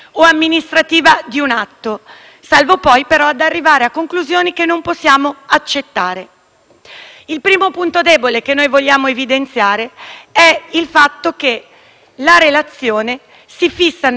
Il primo punto debole che vogliamo evidenziare è il fatto che la relazione si fissa nell'affermazione dell'esistenza del perseguimento di un interesse pubblico governativo.